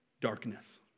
darkness